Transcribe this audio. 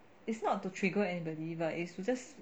it's not to trigger anybody but it's to just